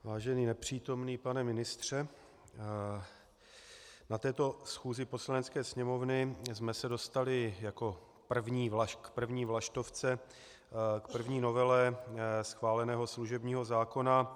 Vážený nepřítomný pane ministře , na této schůzi Poslanecké sněmovny jsme se dostali jako k první vlaštovce, k první novele schváleného služebního zákona.